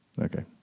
Okay